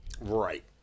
right